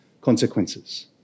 consequences